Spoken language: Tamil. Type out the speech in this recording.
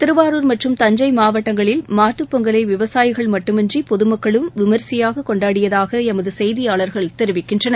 திருவாரூர் மற்றும் தஞ்சைமாவட்டங்களில் மாட்டுப் பொங்கலைவிவசாயிகள் மட்டுமன்றிபொதுமக்களும் விமரிசையாககொண்டாடியதாகளமதுசெய்தியாளர்கள் தெரிவிக்கின்றனர்